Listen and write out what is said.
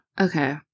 okay